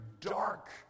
dark